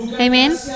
amen